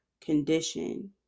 condition